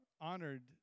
honored